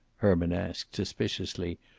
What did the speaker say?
herman asked, suspiciously,